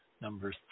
number